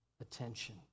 Attention